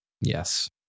Yes